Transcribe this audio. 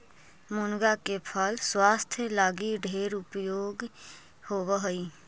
मुनगा के फल स्वास्थ्य लागी ढेर उपयोगी होब हई